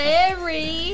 Larry